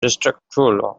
distrustful